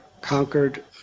conquered